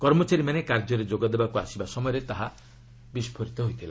କର୍ମଚାରୀମାନେ କାର୍ଯ୍ୟରେ ଯୋଗ ଦେବାକୁ ଆସିବା ସମୟରେ ତାହାର ବିସ୍କୋରଣ ଘଟିଥିଲା